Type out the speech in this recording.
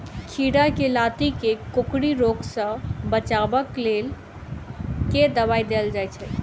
खीरा केँ लाती केँ कोकरी रोग सऽ बचाब केँ लेल केँ दवाई देल जाय छैय?